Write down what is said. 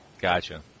Gotcha